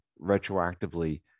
retroactively